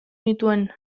nituen